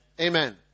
Amen